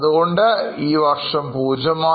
അതുകൊണ്ട് ഈ വർഷം പൂജ്യമായി